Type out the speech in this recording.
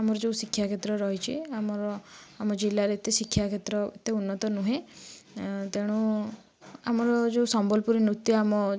ଆମର ଯେଉଁ ଶିକ୍ଷାକ୍ଷେତ୍ର ରହିଛି ଆମର ଆମ ଜିଲ୍ଲାରେ ଏତେ ଶିକ୍ଷାକ୍ଷେତ୍ର ଏତେ ଉନ୍ନତ ନୁହେଁ ତେଣୁ ଆମର ଯେଉଁ ସମ୍ବଲପୁରୀ ନୃତ୍ୟ ଆମ